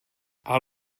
out